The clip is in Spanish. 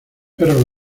perro